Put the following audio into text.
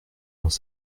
dans